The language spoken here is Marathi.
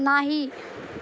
नाही